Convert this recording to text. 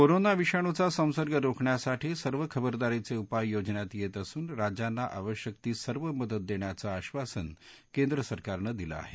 corona विषाणूचा संसर्ग रोखण्यासाठी सर्व खबरदारीचे उपाय योजण्यात येत असून राज्यांना आवश्यक ती सर्व मदत देण्याचं आश्वासन केंद्रसरकारनं दिलं आहे